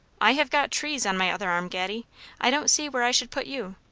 i have got trees on my other arm, gatty i don't see where i should put you.